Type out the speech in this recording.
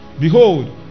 Behold